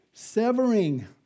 Severing